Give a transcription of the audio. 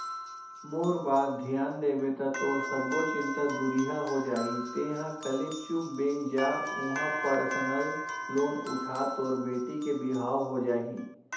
मोर बात धियान देबे ता तोर सब्बो चिंता दुरिहा हो जाही तेंहा कले चुप बेंक जा उहां परसनल लोन उठा तोर बेटी के बिहाव हो जाही